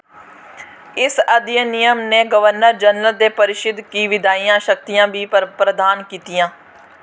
इस अधिनियम ने गवर्नर जनरल ते परिशद गी विधायी शक्तियां बी पर प्रदान कीतियां